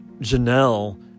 Janelle